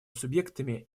субъектами